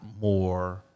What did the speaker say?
more